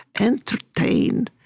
entertain